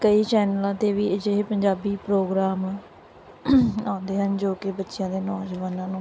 ਕਈ ਚੈਨਲਾਂ 'ਤੇ ਵੀ ਅਜਿਹੇ ਪੰਜਾਬੀ ਪ੍ਰੋਗਰਾਮ ਆਉਂਦੇ ਹਨ ਜੋ ਕਿ ਬੱਚਿਆਂ ਅਤੇ ਨੌਜਵਾਨਾਂ ਨੂੰ